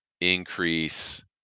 increase